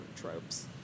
tropes